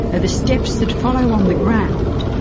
are the steps that follow, on the ground,